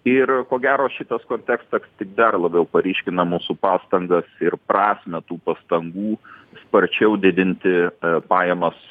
ir ko gero šitas kontekstas tik dar labiau paryškina mūsų pastangas ir prasmę tų pastangų sparčiau didinti pajamas